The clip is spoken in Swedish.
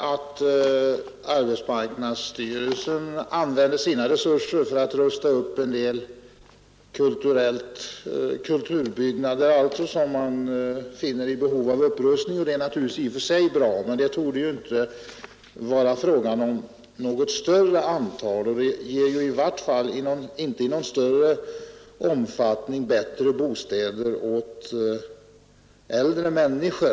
Att arbetsmarknadsstyrelsen använder sina resurser för att rusta upp en del kulturbyggnader som man finner vara i behov av upprustning, det är naturligtvis i och för sig bra, men det torde inte vara fråga om något större antal, och det ger i vart fall inte i någon nämnvärd omfattning bättre bostäder åt äldre människor.